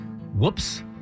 Whoops